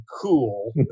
cool